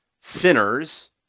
sinners